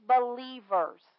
believers